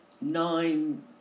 nine